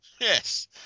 Yes